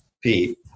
Pete